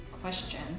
question